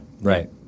Right